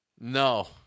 No